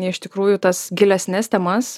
iš tikrųjų tas gilesnes temas